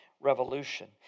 revolution